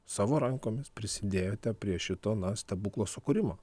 savo rankomis prisidėjote prie šito na stebuklo sukūrimo